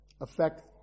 affect